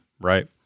right